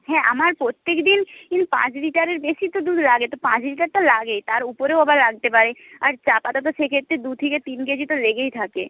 হ্যাঁ আমার প্রত্যেক দিন পাঁচ লিটারের বেশি তো দুধ লাগে তো পাঁচ লিটারটা লাগেই তার উপরেও আবার লাগতে পারে আর চা পাতা তো সেক্ষেত্রে দু থেকে তিন কে জি তো লেগেই থাকে